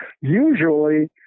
Usually